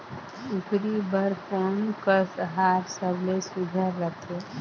कूकरी बर कोन कस आहार सबले सुघ्घर रथे?